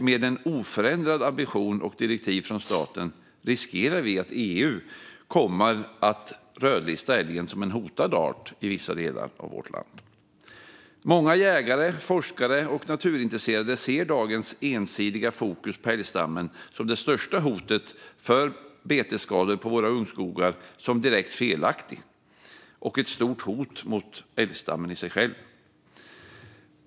Med en oförändrad ambition och oförändrade direktiv från staten riskerar vi att EU kommer att rödlista älgen som en hotad art i vissa delar av vårt land. Många jägare, forskare och naturintresserade ser dagens ensidiga fokus på älgstammen som det största hotet för betesskador på våra ungskogar som direkt felaktigt och ett stort hot mot älgstammen i sig.